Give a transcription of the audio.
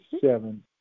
seven